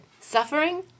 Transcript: Suffering